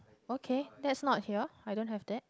okay that's not here I don't have that